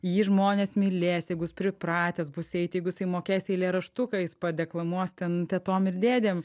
jį žmonės mylės jeigu jis pripratęs bus eit jeigu jisai mokės eilėraštuką jis padeklamuos ten tetom ir dėdėm